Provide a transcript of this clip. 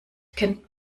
kennt